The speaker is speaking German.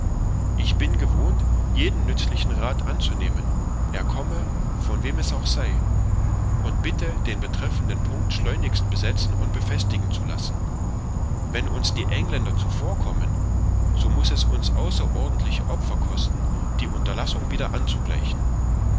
ich bin gewohnt jeden nützlichen rath anzunehmen er komme von wem es auch sei und bitte den betreffenden punkt schleunigst besetzen und befestigen zu lassen wenn uns die engländer zuvorkommen so muß es uns außerordentliche opfer kosten die unterlassung wieder anzugleichen